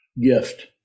gift